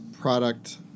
product